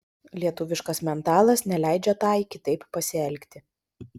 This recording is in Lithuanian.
lietuviškas mentalas neleidžia tai kitaip pasielgti